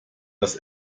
das